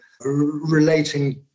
relating